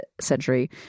century